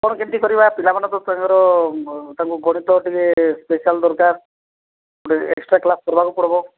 କ'ଣ କେମିତି କରିବା ପିଲାମାନଙ୍କ ସାଙ୍ଗରେ ତାଙ୍କୁ ଗଣିତ ଟିକେ ତ ସ୍ପେସାଲ ଦରକାର ଗୋଟିଏ ଏକ୍ସଟ୍ରା କ୍ଲାସ୍ କରିବାକୁ ପଡ଼ିବ